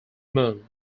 moon